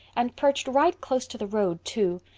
and perched right close to the road too.